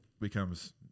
becomes